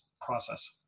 process